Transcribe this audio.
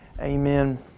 Amen